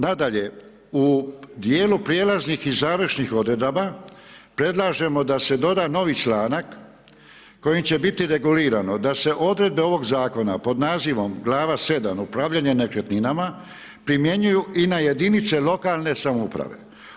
Nadalje, u dijelu prijelaznih i završnih odredaba, predlažemo da se doda novi članak kojim će biti regulirano da se odredbe ovog zakona pod nazivom Glava 7. Upravljanje nekretninama, primjenjuju i na jedinice lokalne samouprave.